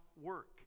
work